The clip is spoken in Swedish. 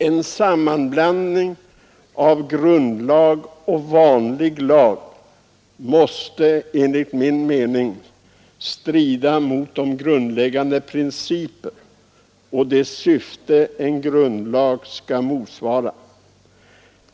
En sammanblandning av grundlag och vanlig lag strider enligt min mening mot grundläggande principer och svarar inte mot syftet med en grundlag.